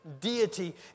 deity